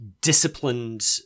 disciplined